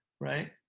right